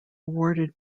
awarded